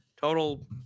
Total